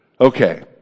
Okay